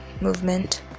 movement